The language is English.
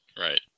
Right